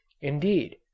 Indeed